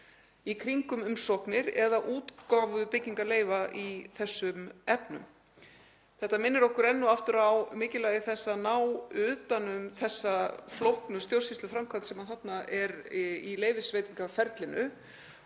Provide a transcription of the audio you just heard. í kringum umsóknir eða útgáfu byggingarleyfa í þessum efnum. Þetta minnir okkur enn og aftur á mikilvægi þess að ná utan um þessa flóknu stjórnsýsluframkvæmd sem þarna er í leyfisveitingaferlinu.